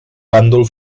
bàndol